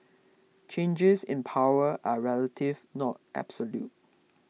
changes in power are relative not absolute